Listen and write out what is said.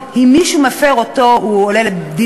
הנושאים שנוגעים למצב נפשי של אותה נפגעת עבירה בגלל אותה